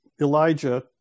Elijah